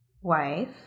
Wife